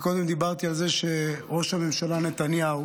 קודם דיברתי על זה שראש הממשלה נתניהו